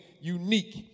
unique